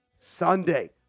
Sunday